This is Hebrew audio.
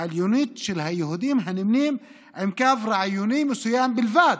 העליונות של היהודים הנמנים עם קו רעיוני מסוים בלבד.